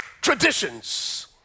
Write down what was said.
traditions